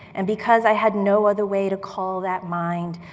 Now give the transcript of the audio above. and because i had no other way to call that mind,